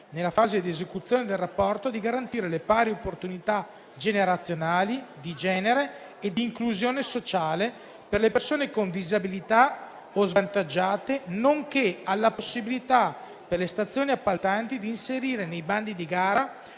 nella fase di esecuzione del rapporto, di garantire le pari opportunità generazionali, di genere e di inclusione sociale per le persone con disabilità o svantaggiate, nonché alla possibilità, per le stazioni appaltanti, di inserire nei bandi di gara,